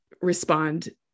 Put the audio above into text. respond